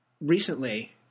recently